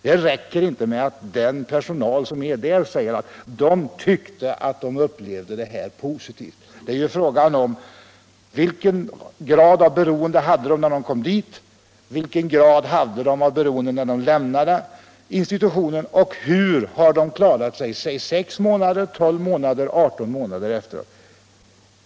Det räcker inte med att den personal som är där säger att de tyckt att de upplevt vården positivt. Det är fråga om vilken grad av beroende patienterna hade när de kom, vilken grad av beroende de hade när de lämnade institutionen och hur de har klarat sig sex månader, tolv månader och aderton månader efter vården.